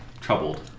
troubled